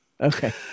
okay